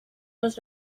los